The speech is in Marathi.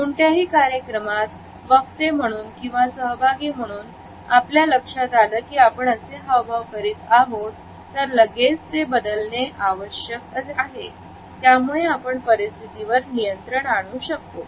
कोणत्याही कार्यक्रमात वक्ते म्हणून किंवा सहभागी म्हणून आपल्या लक्षात आलं की आपण असे हावभाव करीत आहोत तर लगेच ते बदलणे अत्यावश्यक आहे यामुळे आपण परिस्थितीवर नियंत्रण आणू शकतो